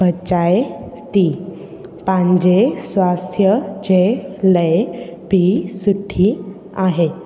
बचाए थी पंहिंजे स्वास्थ्य जे लाइ बि सुठी आहे